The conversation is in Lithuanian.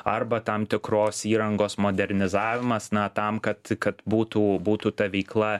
arba tam tikros įrangos modernizavimas na tam kad kad būtų būtų ta veikla